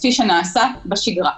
כפי שנעשה בשגרה.